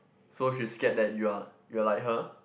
so she scared that you are you are like her